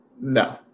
No